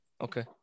Okay